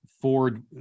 Ford